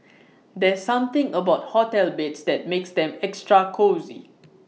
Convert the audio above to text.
there's something about hotel beds that makes them extra cosy